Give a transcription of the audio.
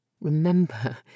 remember